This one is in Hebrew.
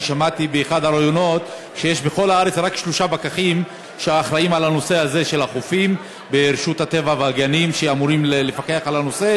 אני שמעתי באחד הראיונות שברשות הטבע והגנים שאמורה לפקח על הנושא